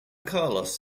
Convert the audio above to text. carlos